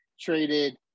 traded